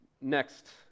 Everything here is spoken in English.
Next